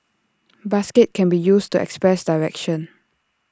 basket can be used to express direction